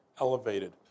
elevated